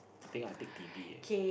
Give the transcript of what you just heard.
think I take t_v eh